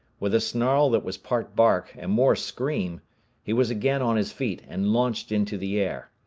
with a snarl that was part bark and more scream he was again on his feet and launched into the air.